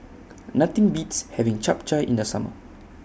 Nothing Beats having Chap Chai in The Summer